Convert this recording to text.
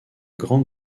grande